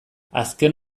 azken